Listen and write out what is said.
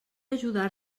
ajudar